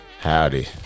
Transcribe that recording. Howdy